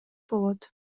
болот